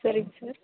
சரிங்க சார்